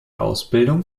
ausbildung